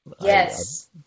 Yes